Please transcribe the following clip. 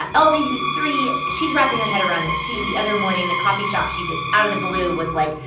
ah elvi, who's three, she's wrapping her head around this, too. the other morning in the coffee shop, she just, out of the blue, was like,